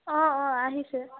অঁ অঁ আহিছে